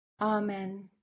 Amen